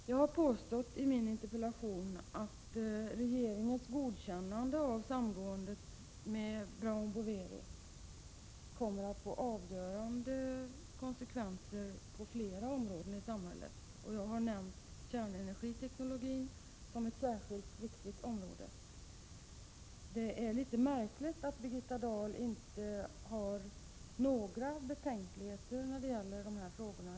Jag har i min interpellation påstått att regeringens godkännande av samgåendet med Brown Boveri kommer att få avgörande konsekvenser på flera områden i samhället, och jag har därvid nämnt kärnenergiteknologin som ett särskilt viktigt område. Det är litet märkligt att Birgitta Dahl inte har några väsentliga besked att ge i det avseendet.